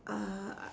uh